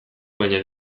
baina